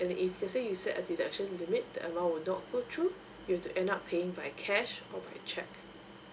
and uh if let's say you set a deduction limit the amount will not go through you were to end up paying by cash or by check